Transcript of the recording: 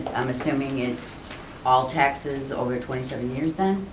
i'm assuming it's all taxes over twenty seven years then,